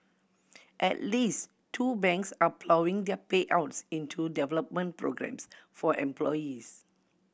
at least two banks are ploughing their payouts into development programmes for employees